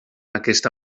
aquesta